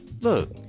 Look